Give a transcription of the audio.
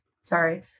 sorry